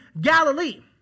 galilee